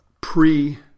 pre